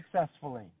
successfully